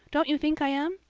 don't you think i am?